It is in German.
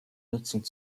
nutzung